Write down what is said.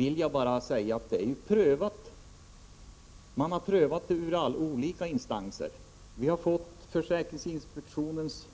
Man har ju prövat detta i olika instanser. Vi har fått försäkringsinspektionens